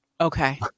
Okay